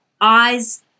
eyes